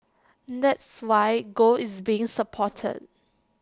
that's why gold is being supported